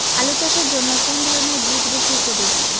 আলু চাষের জন্য কোন ধরণের বীজ বেশি উপযোগী?